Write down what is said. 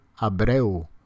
Abreu